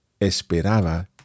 esperaba